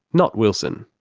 not wilson.